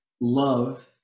love